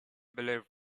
believed